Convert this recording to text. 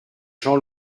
jean